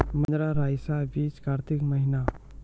महिंद्रा रईसा बीज कार्तिक महीना?